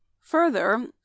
further